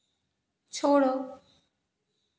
छोड़ो